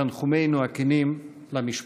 תנחומינו הכנים למשפחה.